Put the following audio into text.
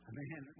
man